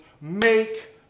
Make